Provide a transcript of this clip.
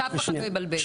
שאף אחד לא יבלבל,